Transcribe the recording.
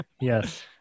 yes